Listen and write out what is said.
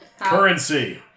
Currency